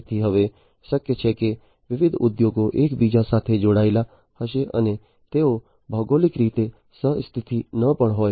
તેથી હવે શક્ય છે કે વિવિધ ઉદ્યોગો એકબીજા સાથે જોડાયેલા હશે અને તેઓ ભૌગોલિક રીતે સહ સ્થિત ન પણ હોય